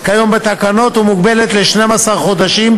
כיום בתקנות ומוגבלת ל-12 חודשים,